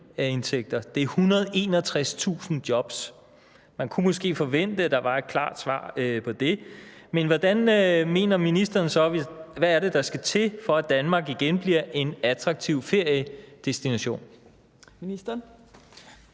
Det er 161.000 jobs. Man kunne måske forvente, at der var et klart svar på det. Men hvad mener ministeren så der skal til, for at Danmark igen bliver en attraktiv feriedestination?